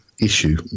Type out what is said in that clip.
issue